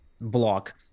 block